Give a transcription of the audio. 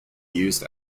used